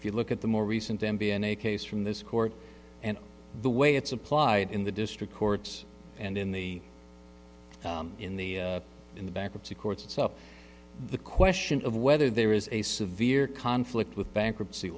if you look at the more recent n b n a case from this court and the way it's applied in the district courts and in the in the in the bankruptcy courts up the question of whether there is a severe conflict with bankruptcy